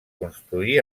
construí